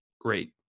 great